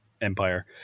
empire